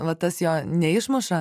va tas jo neišmuša